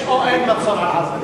יש או אין מצור על עזה?